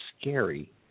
scary